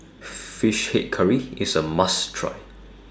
Fish Head Curry IS A must Try